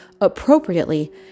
appropriately